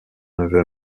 neveu